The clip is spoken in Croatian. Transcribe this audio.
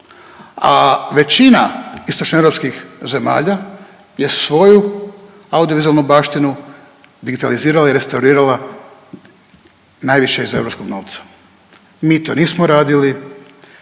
a većina istočnoeuropskih zemalja je svoju audiovizualnu baštinu digitalizirala i restaurirala najviše iz europskog novca. Mi to nismo radili